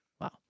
Wow